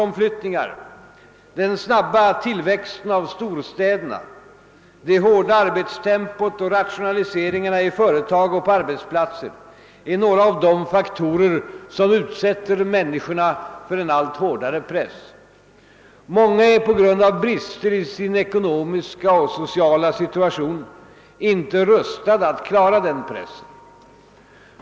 omilyttningar, den snabba tillväxten av storstäderna, det hårda arbetstempot och rationaliseringarna i företag och på arbetsplatser är några av de faktorer som utsätter människorna för en allt hårdare press. Många är på grund av brister i sin ekonomiska och sociala situation inte rustade att klara den pressen.